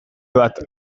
bat